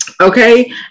okay